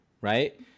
right